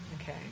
Okay